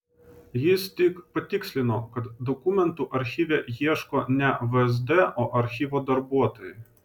jis tik patikslino kad dokumentų archyve ieško ne vsd o archyvo darbuotojai